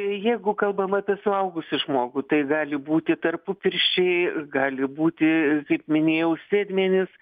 jeigu kalbam apie suaugusį žmogų tai gali būti tarpupirščiai gali būti kaip minėjau sėdmenys